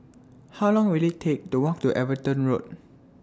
How Long Will IT Take to Walk to Everton Road